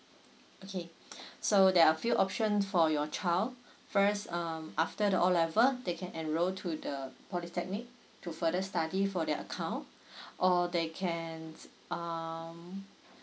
okay so there are a few option for your child first um after the O level they can enroll to the polytechnic to further study for their account or they can um